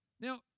Now